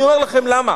אני אומר לכם למה.